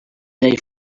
day